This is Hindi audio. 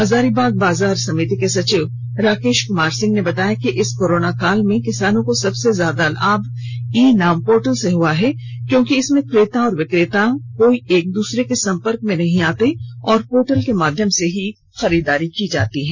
हजारीबाग बाजार समिति के सचिव राकेश कुमार सिंह ने बताया कि इस कोरोना काल में किसान को सबसे ज्यादा लाभ ई नाम पोर्टल से हुआ है क्योंकि इसमें क्रेता और विक्रेता कोई एक दूसरे के संपर्क में नही आते हैं और पोर्टल के माध्यम से ही उनके उत्पाद की खरीद बिक्री हो जाती है